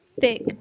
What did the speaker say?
Thick